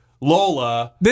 lola